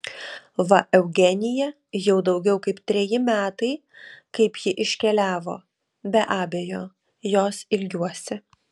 va eugenija jau daugiau kaip treji metai kaip ji iškeliavo be abejo jos ilgiuosi